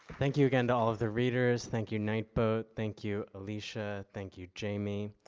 thank you again to all of the readers. thank you nightboat. thank you, alysia. thank you, jamie.